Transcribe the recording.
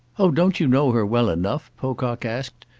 oh don't you know her well enough, pocock asked,